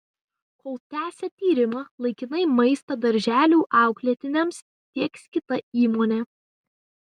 kol tęsia tyrimą laikinai maistą darželių auklėtiniams tieks kita įmonė